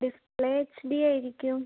display H ഡിയായിരിക്കും